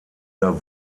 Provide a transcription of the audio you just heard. der